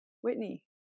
Whitney